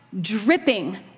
dripping